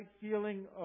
feeling